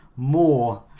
more